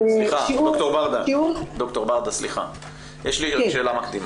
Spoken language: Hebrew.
סליחה, ד"ר ברדה, יש לי שאלה מקדימה.